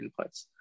inputs